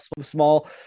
small